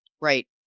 right